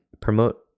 promote